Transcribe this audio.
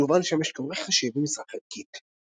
שהובא לשמש כעורך ראשי במשרה חלקית.